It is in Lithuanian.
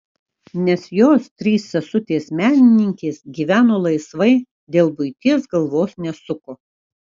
nes jos trys sesutės menininkės gyveno laisvai dėl buities galvos nesuko